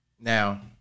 Now